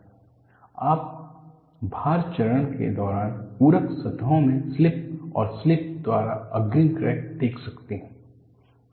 आप भार चरण के दौरान पूरक सतहों में स्लिप और स्लिप द्वारा अग्रिम क्रैक देख सकते हैं